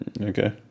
okay